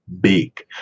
big